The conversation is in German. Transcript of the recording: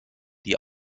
die